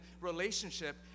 relationship